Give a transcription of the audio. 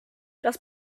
das